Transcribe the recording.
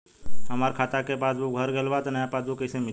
हमार खाता के पासबूक भर गएल बा त नया पासबूक कइसे मिली?